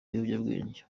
biyobyabwenge